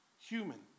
human